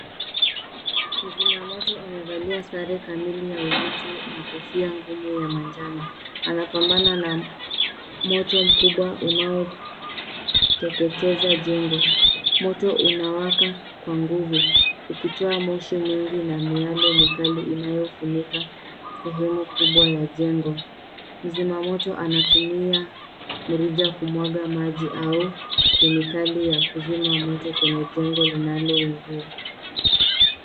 Mzima moto amevalia sare kamili ya ulinzi na kofia ngumu ya manjano. Anapambana na moto mkubwa unaoteketeza jengo. Moto unawaka kwa nguvu ukitoa moshi mwingi na miale mikali inayofunika sehemu kubwa ya jengo. Mzima moto anatumia mrija kumwaga maji au kemikali ya kuzima moto kwenye jengo linaloungua.